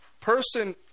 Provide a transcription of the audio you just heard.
person